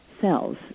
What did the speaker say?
cells